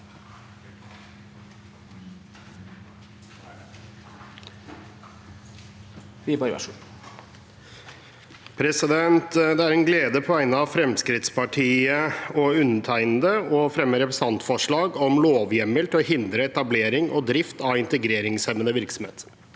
Det er en glede på vegne av Fremskrittspartiet og meg selv å fremme et representantforslag om lovhjemmel til å hindre etablering og drift av integreringshemmende virksomhet.